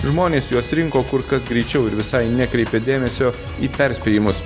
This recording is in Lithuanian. žmonės juos rinko kur kas greičiau ir visai nekreipė dėmesio į perspėjimus